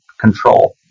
control